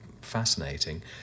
fascinating